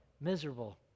miserable